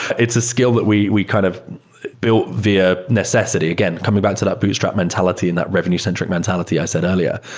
it's a skill that we we kind of built via necessity. again, coming back to that bootstrap mentality and that revenue-centric mentality i said earlier,